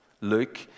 Luke